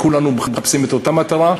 כולנו מחפשים את אותה המטרה.